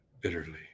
bitterly